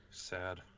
sad